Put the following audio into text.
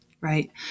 Right